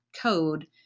code